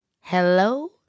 Hello